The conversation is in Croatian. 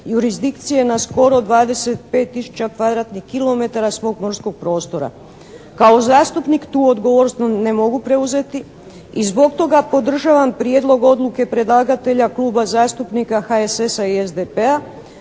kilometara svog morskog prostora. Kao zastupnik tu odgovornost ne mogu preuzeti i zbog toga podržavam prijedlog odluke predlagatelja Kluba zastupnika HSS-a i SDP-a,